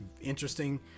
interesting